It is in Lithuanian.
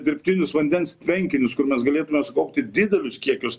dirbtinius vandens tvenkinius kur mes galėtume sukaupti didelius kiekius